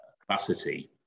capacity